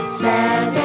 seven